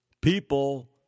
people